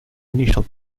initial